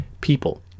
people